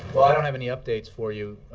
well, i don't have any updates for you.